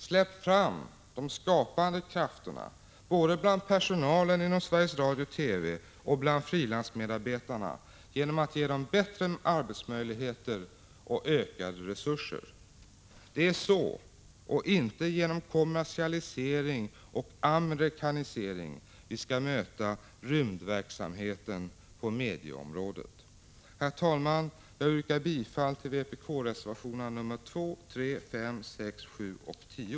Släpp fram de skapande krafterna både bland personalen inom Sveriges Radio/TV och bland frilansmedarbetarna genom att ge dem bättre arbetsmöjligheter och ökade resurser! Det är på det sättet och inte genom kommersialisering och amerikanisering vi skall möta rymdverksamheten på medieområdet. Herr talman! Jag yrkar bifall till vpk-reservationerna 2, 3, 5, 6, 7 och 10.